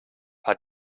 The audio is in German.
hat